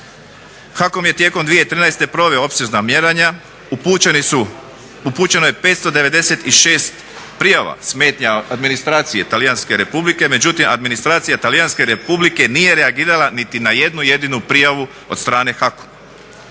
HAKOM je tijekom 2013. proveo opsežna mjerenja, upućeno je 596 prijava smetnji administracije Talijanske Republike međutim administracija Talijanske Republike nije reagirala niti na jednu jedinu prijavu od strane HAKOM-a.